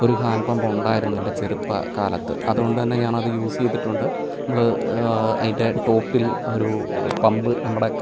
ഒരു hand pump ഉണ്ടായിരുന്നു എൻ്റെ ചെറുപ്പകാലത്ത് അതുകൊണ്ട്തന്നെ ഞാൻ അത് യൂസ് ചെയ്തിട്ടുണ്ട് നമ്മൾ അതിൻ്റെ ടോപ്പിൽ ഒരു പമ്പ് നമ്മുടെ